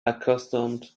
accustomed